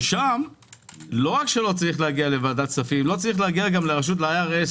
ששם לא רק שלא צריך להגיע לוועדת כספים גם לא ל-IRS.